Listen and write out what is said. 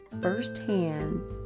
firsthand